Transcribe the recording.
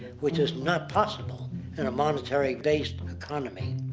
which is not possible in a monetary based and economy.